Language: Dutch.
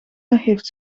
heeft